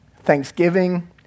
thanksgiving